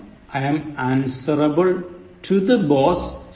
I am answerable to the boss ശരി